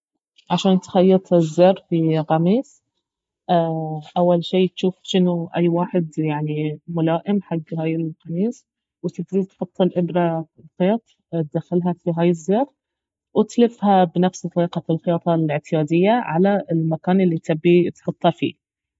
عشان تخيط الزر في قميص اول شي تجوف شنو أي واحد يعني ملائم حق هاي القميص وتبتدي تحط الابرة في الخيط تدخلها في هاي الزر وتلفها بنفس طريقة الخياطة الاعتيادية على المكان الي تبي تحطه فيه